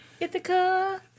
Ithaca